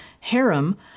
harem